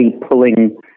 pulling